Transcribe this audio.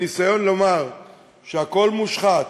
הניסיון לומר שהכול מושחת,